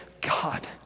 God